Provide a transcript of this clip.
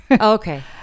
okay